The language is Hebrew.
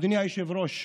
אדוני היושב-ראש,